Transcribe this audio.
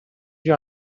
you